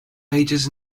ages